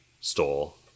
stole